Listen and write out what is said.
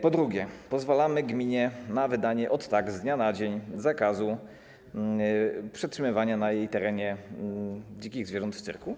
Po drugie, pozwalamy gminie na wydanie ot tak, z dnia na dzień, zakazu przetrzymywania na jej terenie dzikich zwierząt w cyrku.